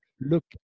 look